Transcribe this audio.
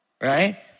right